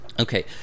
Okay